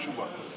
אין תשובה.